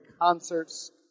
concerts